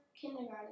Kindergarten